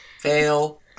Fail